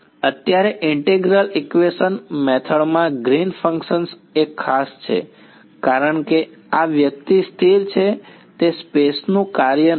અત્યારે integral equation method માં Green's function green's function એ ખાસ છે કારણ કે આ વ્યક્તિ સ્થિર છે તે સ્પેસ નું કાર્ય નથી